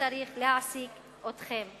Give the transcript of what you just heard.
שצריך להעסיק אתכם.